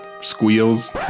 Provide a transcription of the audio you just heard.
squeals